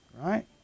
Right